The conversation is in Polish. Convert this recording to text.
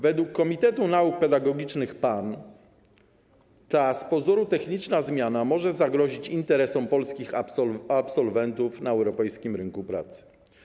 Według Komitetu Nauk Pedagogicznych PAN ta z pozoru techniczna zmiana może zagrozić interesom polskich absolwentów na europejskim rynku pracy.